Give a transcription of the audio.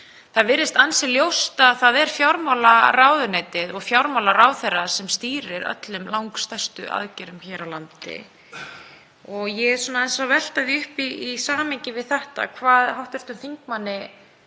það virðist ansi ljóst að það er fjármálaráðuneytið og fjármálaráðherra sem stýrir öllum langstærstu aðgerðum hér á landi. Ég er svona aðeins að velta því upp í samhengi við þetta hvað hv. þingmanni